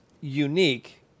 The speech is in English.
unique